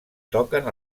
toquen